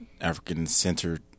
african-centered